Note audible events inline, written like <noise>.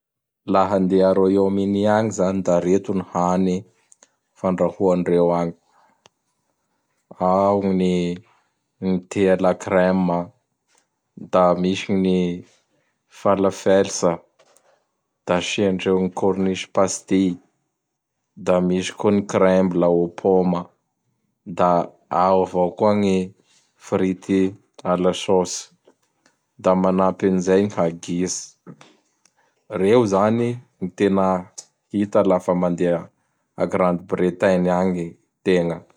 La andeha a Royaume-Unis agny zany da reto gny hany fandrahoandreo agny: Ao gn ny gn te a la kremma, da misy gn ny falafelsa, da asiandreo gn Kornisy pasty, <noise> da misy koa ny cremble ô poma, <noise> da avao gny frity a la sôs. <noise> <noise> Da manapy an zay <noise> gny hagisy. <noise> Reo zany gn tena hita lafa mandeha a Grande Bretagne agny tegna. <noise>